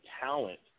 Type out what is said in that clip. talent